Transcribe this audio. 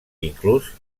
inclús